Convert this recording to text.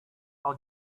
i’ll